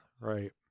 right